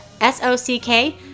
S-O-C-K